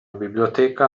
biblioteca